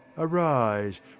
Arise